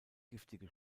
giftige